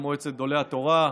למועצת גדולי התורה.